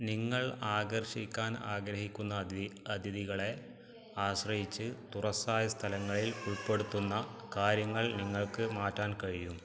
നിങ്ങൾ ആകർഷിക്കാൻ ആഗ്രഹിക്കുന്ന അതിഥി അതിഥികളെ ആശ്രയിച്ച് തുറസ്സായ സ്ഥലങ്ങളിൽ ഉൾപ്പെടുത്തുന്ന കാര്യങ്ങൾ നിങ്ങൾക്ക് മാറ്റാൻ കഴിയും